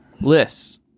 lists